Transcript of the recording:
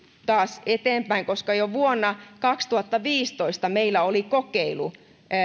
taas eteenpäin koska jo vuonna kaksituhattaviisitoista meillä oli kokeilu